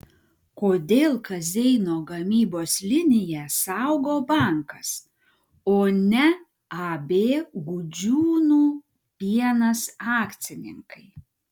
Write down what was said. kodėl kazeino gamybos liniją saugo bankas o ne ab gudžiūnų pienas akcininkai